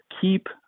keep